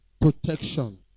protection